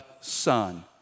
son